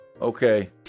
Okay